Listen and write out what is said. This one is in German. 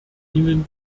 ihnen